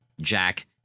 Jack